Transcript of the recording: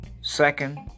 Second